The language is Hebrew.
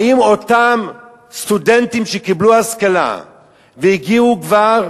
האם אותם סטודנטים שקיבלו השכלה והגיעו כבר